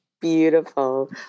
Beautiful